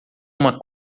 uma